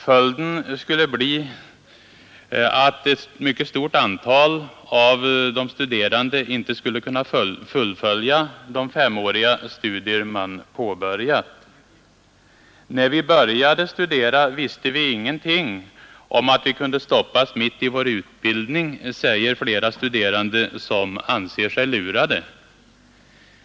Följden skulle bli att ett mycket stort antal av de studerande inte skulle kunna fullfölja de femåriga studier de påbörjat. ”När vi började studera visste vi ingenting om att vi kunde stoppas mitt i vår utbildning”, säger flera studerande som anser sig lurade.